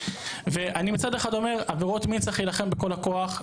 אני מצד אחד אומר שבעבירות מין צריך להילחם בכל הכוח,